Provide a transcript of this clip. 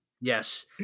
Yes